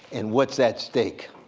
and what's at stake?